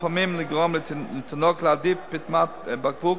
לפעמים, לגרום לתינוק להעדיף פטמת בקבוק